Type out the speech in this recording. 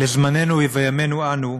לזמננו ולימינו אנו,